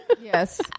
Yes